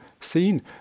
seen